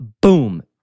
Boom